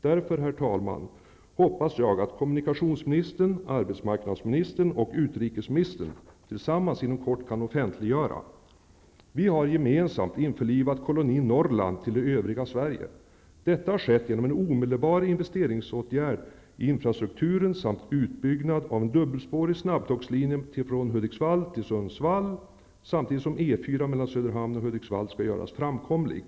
Därför, herr talman, hoppas jag att kommunikationsministern, arbetsmarknadsministern och utrikesministern tillsammans inom kort kan offentligöra följande: Vi har gemensamt införlivat kolonin Norrland till det övriga Sverige. Detta har skett genom en omedelbar investeringsåtgärd i infrastrukturen samt utbyggnad av en dubbelspårig snabbtågslinje från Stockholm till Sundsvall, samtidigt som E 4 mellan Hudiksvall och Söderhamn skall göras framkomlig.